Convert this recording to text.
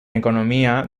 economía